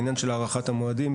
העניין של הארכת המועדים,